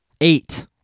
Eight